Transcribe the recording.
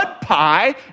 pie